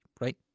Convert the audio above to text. right